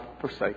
forsake